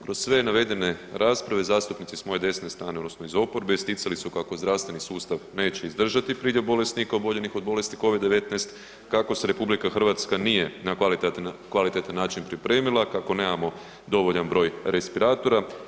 Kroz sve navedene rasprave zastupnici s moje desne strane odnosno iz oporbe isticali su kako zdravstveni sustav neće izdržati priljev bolesnika oboljelih od bolesti Covid-19, kako se RH nije na kvalitetan način pripremila, kako nemamo dovoljan broj respiratora.